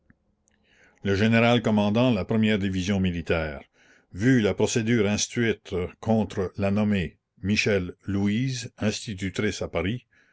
le général commandant la e division militaire vu la procédure instruite contre la nommée michel louise institutrice à paris